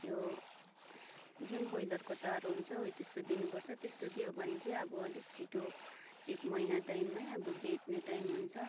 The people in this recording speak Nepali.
यो जुन ब्रोयलरको चारो हुन्छ हो त्यस्तो दिनुपर्छ त्यस्तो दियो भने चाहिँ अब अलिक छिटो एक महिना टाइममै अब बेच्ने टाइम हुन्छ